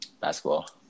Basketball